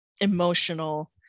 emotional